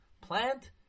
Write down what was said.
plant